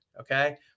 okay